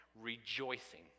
Rejoicing